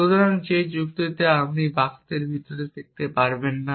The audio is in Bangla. সুতরাং যে যুক্তিতে আপনি বাক্যের ভিতরে তাকাতে পারবেন না